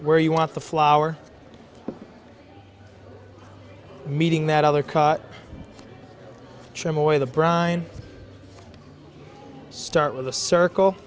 where you want the flower meeting that other cut away the brine start with a circle